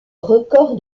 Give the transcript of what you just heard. record